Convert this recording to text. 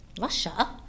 Russia